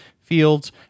fields